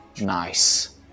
Nice